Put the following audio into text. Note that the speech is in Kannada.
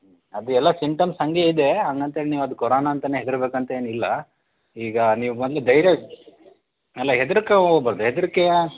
ಅದು ಎಲ್ಲ ಸಿಮ್ಟಮ್ಸ್ ಹಾಗೆ ಇದೆ ಹಂಗಂತೇಳಿ ನೀವು ಅದು ಕೊರೋನಾ ಅಂತಲೇ ಹೆದ್ರ್ಬೇಕಂತ ಏನು ಇಲ್ಲ ಈಗ ನೀವು ಬಂದು ಧೈರ್ಯ ಅಲ್ಲ ಹೆದ್ರಿಕೋಬಾರ್ದು ಹೆದ್ರಿಕೆಯ